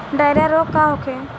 Diarrhoea रोग का होखे?